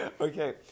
Okay